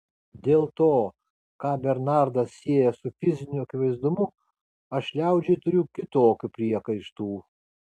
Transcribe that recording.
dėl to ką bernardas sieja su fiziniu akivaizdumu aš liaudžiai turiu kitokių priekaištų